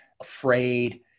afraid